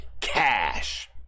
cash